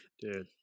Dude